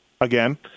again